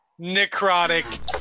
necrotic